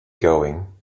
going